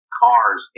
cars